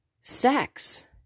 sex